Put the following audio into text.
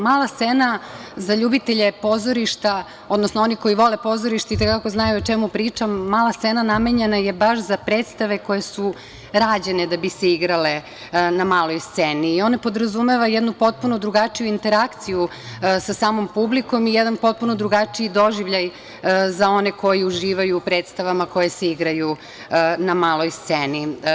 Mala scena za ljubitelje pozorišta, odnosno oni koji vole pozorište i te kako znaju o čemu pričam, mala scena namenjena je baš za predstave koje su rađene da bi se igrale na maloj sceni i ona podrazumeva jednu potpuno drugačiju interakciju sa samom publikom i jedan potpuno drugačiji doživljaj za one koji uživaju u predstavama koje se igraju na maloj sceni.